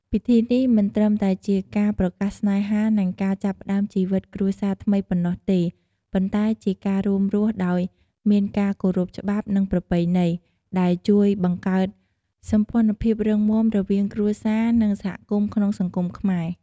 ពិធីនេះមិនត្រឹមតែជាការប្រកាសស្នេហា និងការចាប់ផ្តើមជីវិតគ្រួសារថ្មីប៉ុណ្ណោះទេ ប៉ុន្តែជាការរួមរស់ដោយមានការគោរពច្បាប់ និងប្រពៃណី ដែល ជួយបង្កើតសម្ព័ន្ធភាពរឹងមាំរវាងគ្រួសារ និងសហគមន៍ក្នុងសង្គមខ្មែរ។